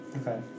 Okay